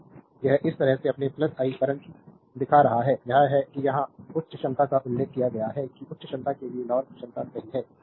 तो यह इस तरह से अपने आई करंट दिखा रहा है यह है कि यहाँ उच्च क्षमता का उल्लेख किया गया है कि उच्च क्षमता के लिए लॉर की क्षमता सही है